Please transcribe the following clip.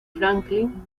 franklin